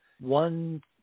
one